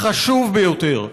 החשוב ביותר,